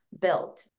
built